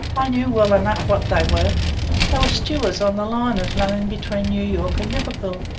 i knew well enough what they were. they were stewards on the liners running between new york and liverpool,